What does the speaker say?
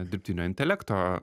dirbtinio intelekto